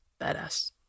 Badass